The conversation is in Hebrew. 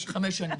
חמש שנים.